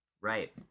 Right